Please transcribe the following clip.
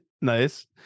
Nice